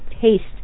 taste